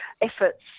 efforts